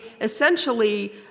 essentially